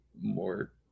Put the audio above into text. more